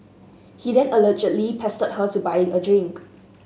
he then allegedly pestered her to buy a drink